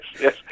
yes